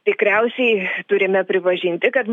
tikriausiai turime pripažinti kad